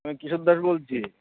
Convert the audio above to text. আমি কেশব দাস বলছি